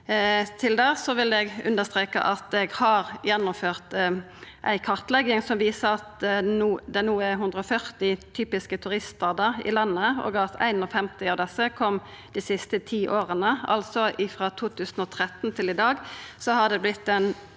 det vil eg understreka at eg har gjennomført ei kartlegging som viser at det no er 140 typiske turiststadar i landet, og at 51 av desse kom dei siste ti åra. Frå 2013 til i dag har det altså